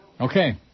Okay